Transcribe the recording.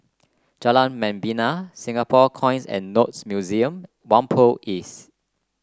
Jalan Membina Singapore Coins and Notes Museum Whampoa East